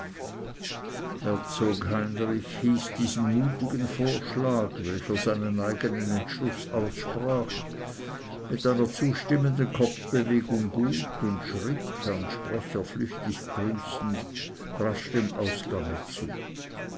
diesen mutigen vorschlag welcher seinen eigenen entschluß aussprach mit einer zustimmenden kopfbewegung gut und schritt herrn sprecher flüchtig grüßend rasch dem ausgange zu